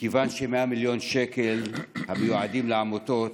מכיוון ש-100 מיליון ש"ח המיועדים לעמותות